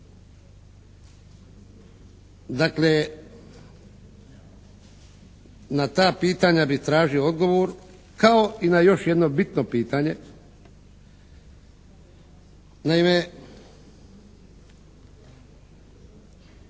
Dakle, na ta pitanja bih tražio odgovor kao i na još jedno bitno pitanje. Naime,